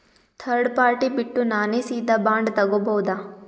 Third party ಬಿಟ್ಟು ನಾನೇ ಸೀದಾ ಬಾಂಡ್ ತೋಗೊಭೌದಾ?